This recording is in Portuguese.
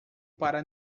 para